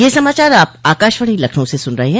ब्रे क यह समाचार आप आकाशवाणी लखनऊ से सुन रहे हैं